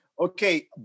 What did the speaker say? Okay